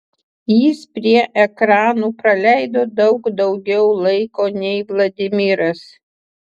jis prie ekranų praleido daug daugiau laiko nei vladimiras